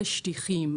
על השטיחים,